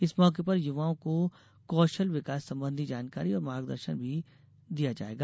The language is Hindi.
इस मौके पर युवाओं को कौशल विकास संबंधी जानकारी और मार्गदर्शन भी दिया जायेगा